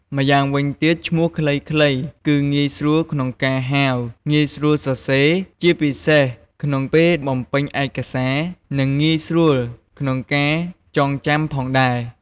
ម្យ៉ាងវិញទៀត ឈ្មោះខ្លីៗគឺងាយស្រួលក្នុងការហៅ ងាយស្រួលសរសេរ ជាពិសេសក្នុងពេលបំពេញឯកសារ និងងាយស្រួលក្នុងការចងចាំផងដែរ។